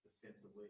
defensively